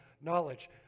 knowledge